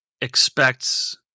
expects